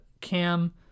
Cam